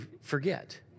forget